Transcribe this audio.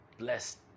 blessed